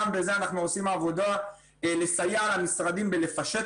גם בזה אנחנו עושים עבודה כדי לסייע למשרדים בפישוט